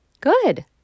Good